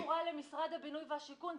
היא לא קשורה למשרד הבינוי והשיכון.